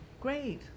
Great